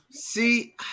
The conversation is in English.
See